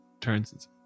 turns